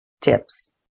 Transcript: tips